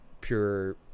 pure